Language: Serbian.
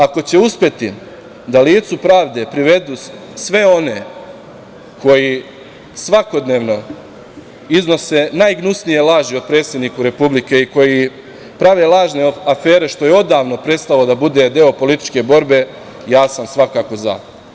Ako će uspeti da licu pravde privedu sve one koji svakodnevno iznose najgnusnije laži o predsedniku Republike i koji prave lažne afere, što je odavno prestalo da bude deo političke borbe, ja sam svakako za.